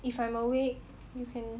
if I'm awake you can